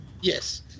Yes